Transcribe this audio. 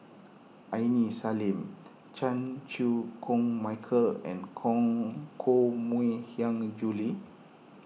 Aini Salim Chan Chew Koon Michael and Koh Mui Hiang Julie